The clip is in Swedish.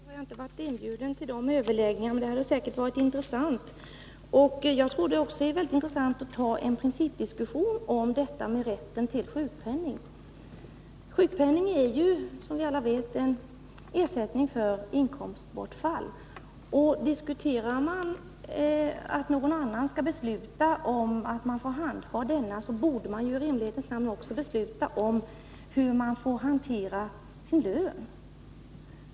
Fru talman! Tyvärr var jag inte inbjuden till de överläggningarna, men de var säkerligen intressanta. Jag tror också att det är intressant att ta en principdiskussion om rätten till sjukpenning. Den är, som vi alla vet, en ersättning för inkomstbortfall. Om vi beslutar att någon annan skall bestämma huruvida man själv får ta hand om den, borde vi i rimlighetens namn också besluta om hur man får hantera sin Nr 33 lön.